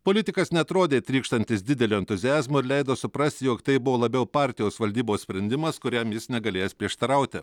politikas neatrodė trykštantis dideliu entuziazmu ir leido suprasti jog tai buvo labiau partijos valdybos sprendimas kuriam jis negalėjęs prieštarauti